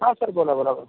हा सर बोला बोला बोला